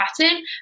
pattern